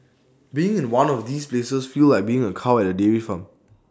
being in one of these places feels like being A cow at A dairy farm